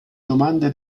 domande